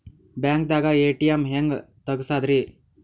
ಬ್ಯಾಂಕ್ದಾಗ ಎ.ಟಿ.ಎಂ ಹೆಂಗ್ ತಗಸದ್ರಿ?